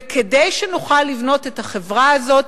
וכדי שנוכל לבנות את החברה הזאת,